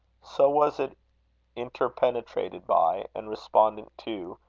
so was it interpenetrated by, and respondent to,